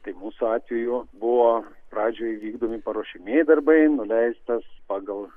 tai mūsų atveju buvo pradžioj vykdomi paruošiamieji darbai nuleistas pagal